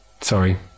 sorry